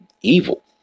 evil